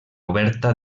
oberta